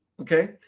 Okay